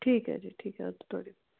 ठीक ऐ जी ठीक ऐ अग्गें थुआढ़ी